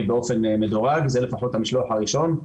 באופן מדורג, זה המשלוח הראשון.